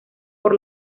por